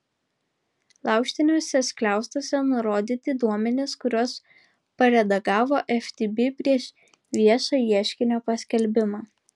laužtiniuose skliaustuose nurodyti duomenys kuriuos paredagavo ftb prieš viešą ieškinio paskelbimą